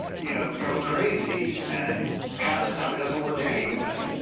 you know, go crazy, and half the time it doesn't work anyway.